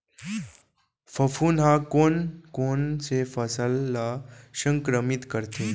फफूंद ह कोन कोन से फसल ल संक्रमित करथे?